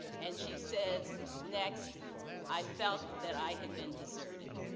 and, she says next i felt that i had been deserted,